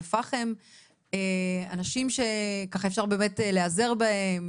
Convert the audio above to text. פאחם אנשים שככה אפשר באמת להיעזר בהם,